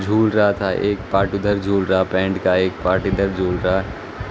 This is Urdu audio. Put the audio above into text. جھول رہا تھا ایک پارٹ ادھر جھول رہا پینٹ کا ایک پارٹ ادھر جھول رہا